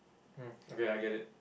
hmm okay I get it